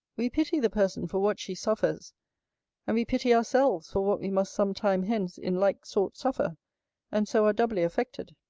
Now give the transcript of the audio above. we pity the person for what she suffers and we pity ourselves for what we must some time hence in like sort suffer and so are doubly affected.